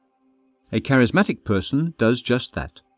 a charismatic person does just that.